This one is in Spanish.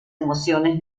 emociones